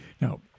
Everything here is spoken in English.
Now